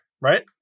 Right